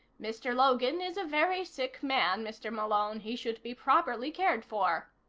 mr. logan is a very sick man, mr. malone. he should be properly cared for.